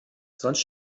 sonst